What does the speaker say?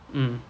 mm